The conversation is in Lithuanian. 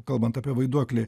kalbant apie vaiduoklį